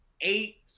eight